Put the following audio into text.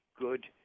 good